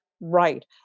right